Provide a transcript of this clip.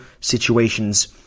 situations